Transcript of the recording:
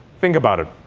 think about it.